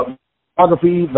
photography